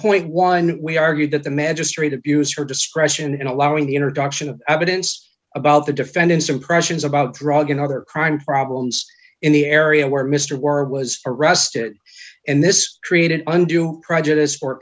point one we argued that the magistrate abused her discretion in allowing the introduction of evidence about the defendant's impressions about drug and other crime problems in the area where mr warren was arrested and this created undue prejudice or